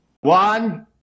One